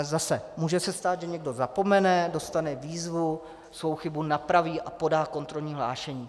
Zase může se stát, že někdo zapomene, dostane výzvu, svou chybu napraví a podá kontrolní hlášení.